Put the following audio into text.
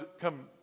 come